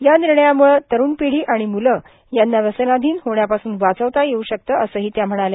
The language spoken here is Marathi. या निर्णयामुळे तस्प पिढी आणि मुले यांना व्यसनाधिन होण्यापासून वाचवता येऊ शकते असंक्री त्या म्हणाल्या